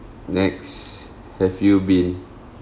next have you been